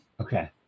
Okay